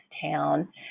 town